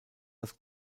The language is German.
das